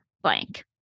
blank